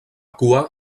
cua